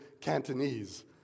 Cantonese